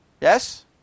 Yes